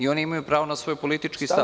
Oni imaju pravo na svoj politički stav.